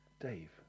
Dave